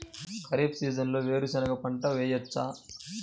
ఖరీఫ్ సీజన్లో వేరు శెనగ పంట వేయచ్చా?